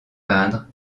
peindre